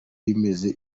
bimeze